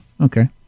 Okay